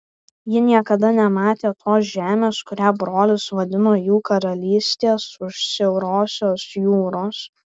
ji niekada nematė tos žemės kurią brolis vadino jų karalystės už siaurosios jūros